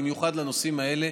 במיוחד לנושאים האלה,